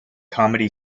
comedy